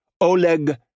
Oleg